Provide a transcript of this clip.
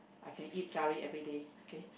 I can eat curry everyday okay